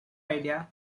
idea